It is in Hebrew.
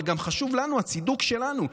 אבל גם חשוב לנו הצידוק שלנו,